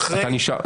כן.